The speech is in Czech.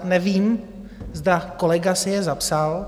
Nevím, zda kolega si je zapsal.